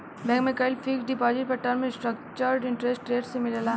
bank में कईल fixed deposit पर टर्म स्ट्रक्चर्ड इंटरेस्ट रेट से मिलेला